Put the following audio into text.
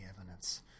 evidence